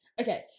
Okay